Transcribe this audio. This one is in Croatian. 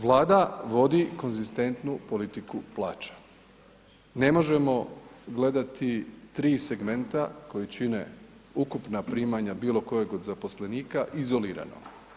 Vlada vodi konzistentnu politiku plaća, ne možemo gledati tri segmenta koji čine ukupna primanja bilo kojeg od zaposlenika izolirana.